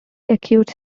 acute